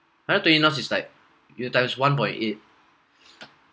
hundred and twenty knots is like you times one point eight